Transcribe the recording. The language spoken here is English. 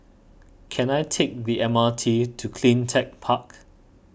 can I take the M R T to CleanTech Park